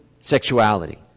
sexuality